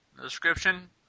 Description